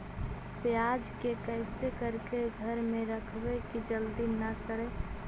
प्याज के कैसे करके घर में रखबै कि जल्दी न सड़ै?